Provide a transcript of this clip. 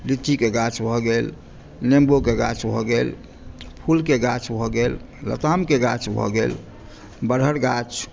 लीचीके गाछ भऽ गेल नेम्बोके गाछ भऽ गेल फूलके गाछ भऽ गेल लतामके गाछ भऽ गेल बरहर गाछ